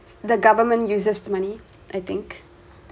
the government uses the money I think